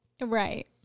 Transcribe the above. Right